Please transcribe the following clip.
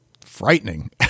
frightening